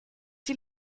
die